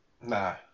Nah